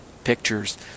pictures